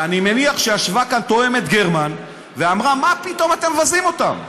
ואני מניח שישבה כאן תואמת גרמן ואמרה: מה פתאום אתם מבזים אותם?